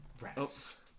Rats